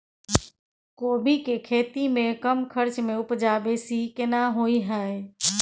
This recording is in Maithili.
कोबी के खेती में कम खर्च में उपजा बेसी केना होय है?